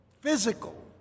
physical